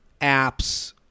apps